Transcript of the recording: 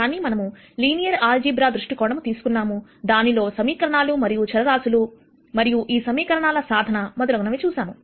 కానీ మనం linear algebra దృష్టికోణం తీసుకున్నాము దానిలో సమీకరణాలు మరియు చరరాశులు మరియు ఈ సమీకరణాల సాధన మొదలగునవి చూసాము